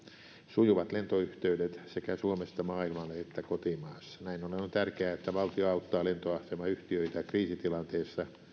sujuvat lentoyhteydet sekä suomesta maailmalle että kotimaassa näin ollen on tärkeää että valtio auttaa lentoasemayhtiöitä kriisitilanteessa